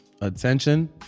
attention